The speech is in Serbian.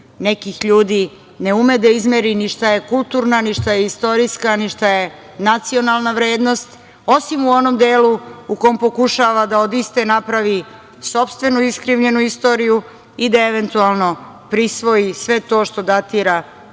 nekih ljudi ne ume da izmeri ni šta je kulturna, ni šta je istorijska, ni šta je nacionalna vrednost, osim u onom delu u kome pokušava da od iste napravi sopstvenu iskrivljenu istoriju i da eventualno prisvoji sve to što datira,